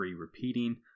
repeating